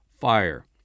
fire